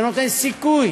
שנותן סיכוי